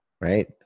right